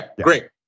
great